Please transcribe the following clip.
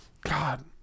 God